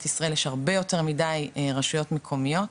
ישראל יש הרבה יותר מידי רשויות מקומיות,